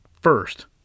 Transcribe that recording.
first